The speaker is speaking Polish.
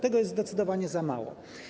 Tego jest zdecydowanie za mało.